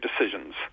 decisions